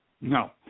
No